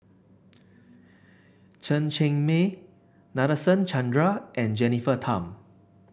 Chen Cheng Mei Nadasen Chandra and Jennifer Tham